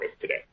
today